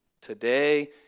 today